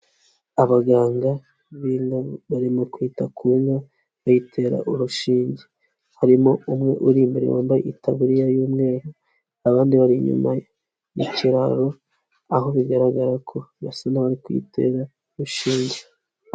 Abaganga b'inka barimo kwita ku nka bayitera urushinge, harimo umwe uri imbere wambaye itaburiya y'umweru, abandi bari inyuma y'ikiraro, aho bigaragara ko basa n'abari kuyitera rushinge.